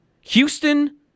Houston